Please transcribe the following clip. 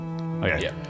Okay